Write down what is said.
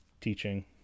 teaching